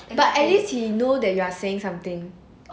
but at least you know that you are saying something